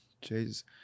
Jesus